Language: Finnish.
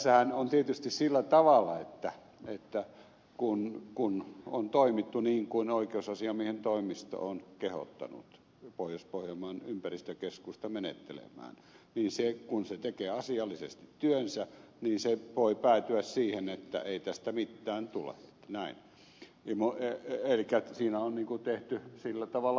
tässähän on tietysti sillä tavalla että kun on toimittu niin kuin oikeusasiamiehen toimisto on kehottanut pohjois pohjanmaan ympäristökeskusta menettelemään niin kun se tekee asiallisesti työnsä se voi päätyä siihen että ei tästä mittään tule näin elikkä siinä on tehty sillä tavalla